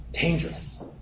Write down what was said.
Dangerous